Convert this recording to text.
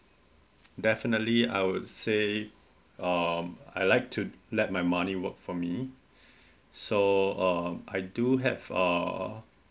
definitely I would say um I like to let my money work for me so um I do have uh